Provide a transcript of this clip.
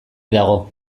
dago